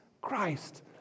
Christ